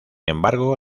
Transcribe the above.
embargo